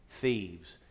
thieves